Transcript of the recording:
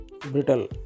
brittle